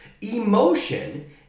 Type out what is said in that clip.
Emotion